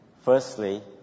Firstly